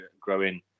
growing